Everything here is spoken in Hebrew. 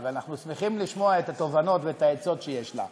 ואנחנו שמחים לשמוע את התובנות ואת העצות שיש לה.